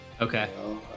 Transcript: Okay